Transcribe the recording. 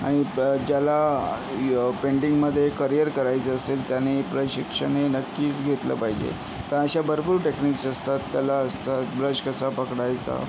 आणि प ज्याला य पेंटिंगमध्ये करियर करायचं असेल त्याने प्रशिक्षण हे नक्कीच घेतलं पाहिजे कारण अश्या भरपूर टेक्निक्स असतात कला असतात ब्रश कसा पकडायचा